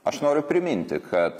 aš noriu priminti kad